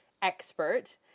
expert